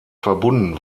verbunden